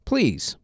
Please